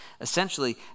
essentially